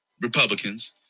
Republicans